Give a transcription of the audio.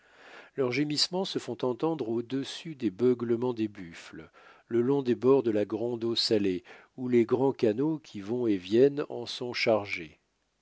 leurs gémissements se font entendre au-dessus des beuglements des buffles le long des bords de la grande eau salée où les grands canots qui vont et viennent en sont chargés